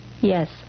Yes